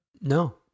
No